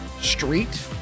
street